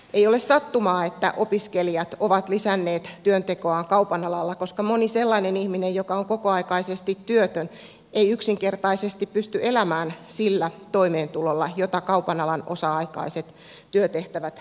ei ole sattumaa että opiskelijat ovat lisänneet työntekoaan kaupan alalla koska moni sellainen ihminen joka on kokoaikaisesti työtön ei yksinkertaisesti pysty elämään sillä toimeentulolla jota kaupan alan osa aikaiset työtehtävät tarjoavat